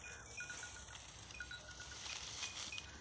ಸಮಗ್ರ ವ್ಯವಸಾಯ ಮಾಡುದ್ರಿಂದ ಮನಿತನ ಬೇಳಿತೈತೇನು?